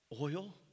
oil